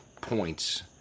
points